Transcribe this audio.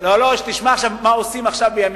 נוסע עכשיו לנגב, לבאר-שבע.